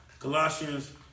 Colossians